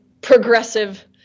progressive